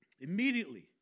Immediately